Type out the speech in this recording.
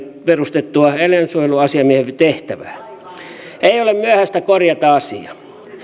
perustettua eläinsuojeluasiamiehen tehtävää ei ole myöhäistä korjata asiaa